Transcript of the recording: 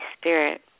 Spirit